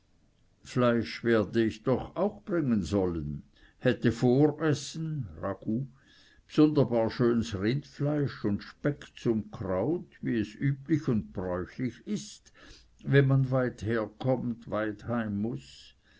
fleisch werde ich doch auch bringen sollen hätte voressen bsunderbar schöns rindfleisch und speck zum kraut wie es üblich und bräuchlich ist wenn man weit herkommt weit heim muß